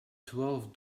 twelve